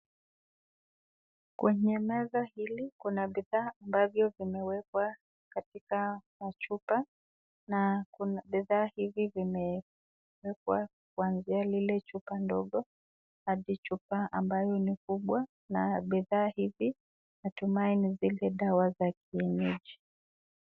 Kwenye meza hii kuna bidhaa ambavyo vinawekwa katika machupa na kuna bidhaa hizi vimewekwa kuanzia ile chupa ndogo hadi chupa ambayo ni kubwa na bidhaa hizi natumai ni zile dawa za kienyeji.